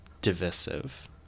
divisive